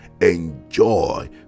enjoy